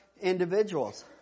individuals